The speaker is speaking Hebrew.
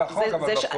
בחוק, אבל בפועל, בשטח.